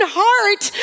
heart